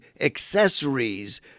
accessories